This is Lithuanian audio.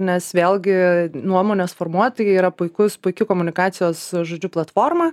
nes vėlgi nuomonės formuotojai yra puikus puiki komunikacijos žodžiu platforma